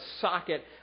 socket